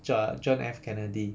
jo~ john F kennedy